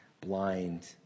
blind